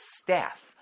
staff